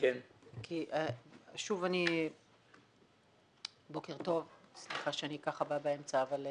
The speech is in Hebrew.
סליחה שאני באה באמצע.